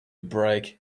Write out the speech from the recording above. break